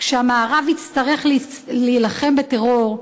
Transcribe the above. כשהמערב יצטרך להילחם בטרור,